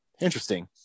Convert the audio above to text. interesting